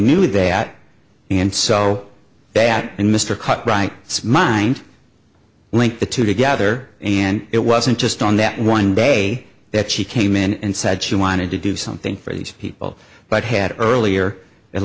knew that and so bad and mr cut right it's mind link the two together and it wasn't just on that one day that she came in and said she wanted to do something for these people but had earlier at